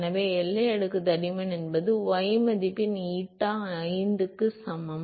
எனவே எல்லை அடுக்கு தடிமன் என்பது y மதிப்பின் ஈட்டா 5 க்கு சமம்